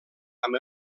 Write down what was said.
amb